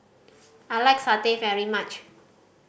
I like satay very much